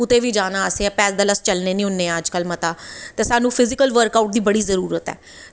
कुदै बी जाना असें पैदल अस चलने निं होने आं मता ते सानूं फिजीकल वर्कआऊट दी बड़ी जरूरत ऐ